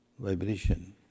Vibration